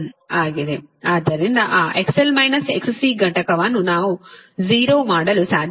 ಆದ್ದರಿಂದ ಆ XL - XC ಘಟಕವನ್ನು ನಾವು 0 ಮಾಡಲು ಸಾಧ್ಯವಿಲ್ಲ